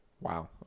Wow